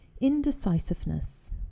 indecisiveness